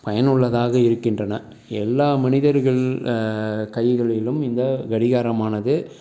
பயனுள்ளதாக இருக்கின்றன எல்லாம் மனிதர்கள் கைகளிலும் இந்த கடிகாரமானது